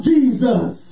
Jesus